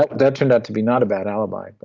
like that turned out to be not about alibi and but